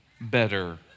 better